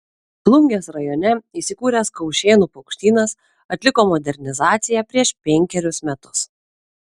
plungės rajone įsikūręs kaušėnų paukštynas atliko modernizaciją prieš penkerius metus